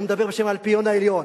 הוא מדבר בשם האלפיון העליון,